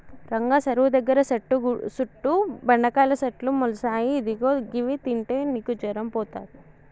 రంగా సెరువు దగ్గర సెట్టు సుట్టు బెండకాయల సెట్లు మొలిసాయి ఇదిగో గివి తింటే నీకు జరం పోతది